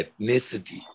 ethnicity